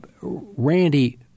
Randy